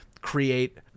create